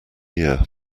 year